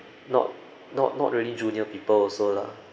not not not really junior people also lah